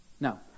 Now